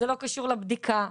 זה לא קשור לבדיקה,